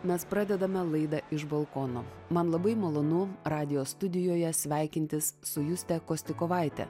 mes pradedame laidą iš balkono man labai malonu radijo studijoje sveikintis su juste kostikovaite